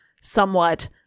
somewhat